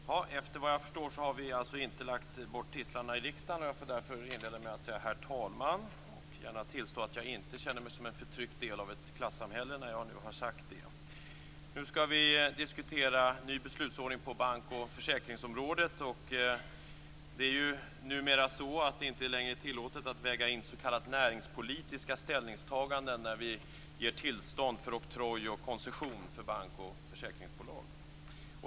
Herr talman! Såvitt jag förstår har vi alltså inte lagt bort titlarna i riksdagen, och därför inleder jag med att säga herr talman. Jag vill gärna tillstå att jag inte känner mig som en förtryckt del av ett klassamhälle när jag nu har sagt. Nu skall vi diskutera en ny beslutsordning på bank och försäkringsområdet. Numera är det inte längre tillåtet att väga in s.k. näringspolitiska ställningstaganden när vi ger tillstånd för oktroj och koncession för banker och försäkringsbolag.